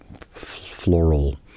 floral